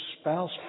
spouse